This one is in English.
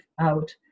out